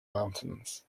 mountains